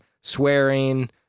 swearing